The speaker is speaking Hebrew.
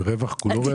זה רווח, כולו רווח.